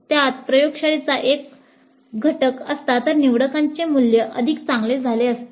त्यात प्रयोगशाळेचा घटक असता तर निवडकांचे मूल्य अधिक चांगले झाले असते